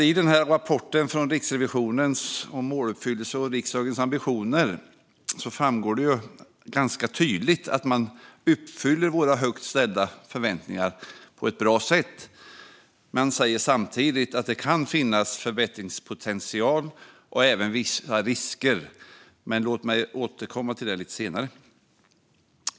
I rapporten från Riksrevisionen om måluppfyllelsen och riksdagens ambitioner framgår ju ganska tydligt att man uppfyller våra högt ställda förväntningar på ett bra sätt, men man säger samtidigt att det kan finnas förbättringspotential och även vissa risker, men låt mig återkomma till detta lite senare.